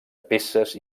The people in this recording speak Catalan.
peces